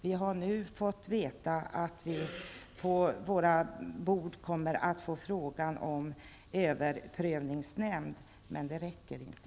Vi har nu fått veta att vi på våra bord kommer att få frågan om överprövningsnämnd. Men det räcker inte.